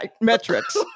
metrics